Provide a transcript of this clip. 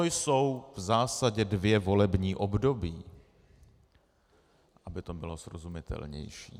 To jsou v zásadě dvě volební období, aby to bylo srozumitelnější.